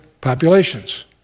populations